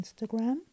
Instagram